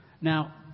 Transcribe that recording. Now